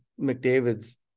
mcdavid's